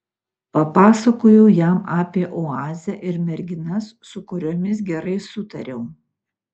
papasakojau jam apie oazę ir merginas su kuriomis gerai sutariau